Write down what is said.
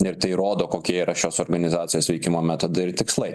ir tai rodo kokia yra šios organizacijos veikimo metodai ir tikslai